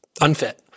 unfit